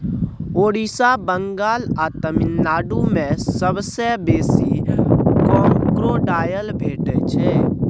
ओड़िसा, बंगाल आ तमिलनाडु मे सबसँ बेसी क्रोकोडायल भेटै छै